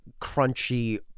crunchy